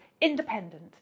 independent